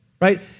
right